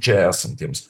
čia esantiems